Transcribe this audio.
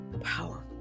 powerful